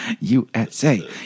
USA